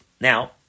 Now